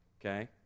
okay